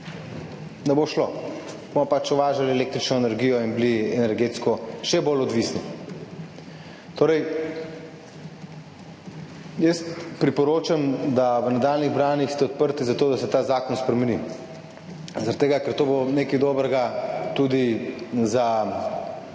ne bo šlo, bomo pač uvažali električno energijo in bili energetsko še bolj odvisni. Jaz priporočam, da ste v nadaljnjih branjih odprti za to, da se ta zakon spremeni zaradi tega, ker bo to nekaj dobrega mogoče